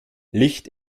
licht